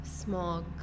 Smog